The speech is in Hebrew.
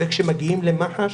וכשהם מגיעים למח"ש